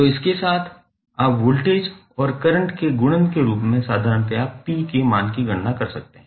तो इसके साथ आप वोल्टेज और करंट के गुणन के रूप में साधारणतया p के मान की गणना कर सकते हैं